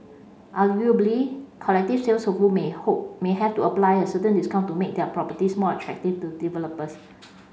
arguably collective sales may have to apply a certain discount to make their properties more attractive to developers